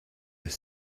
were